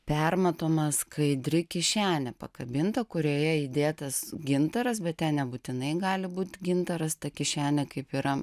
permatoma skaidri kišenė pakabinta kurioje įdėtas gintaras bet nebūtinai gali būt gintaras ta kišenė kaip yra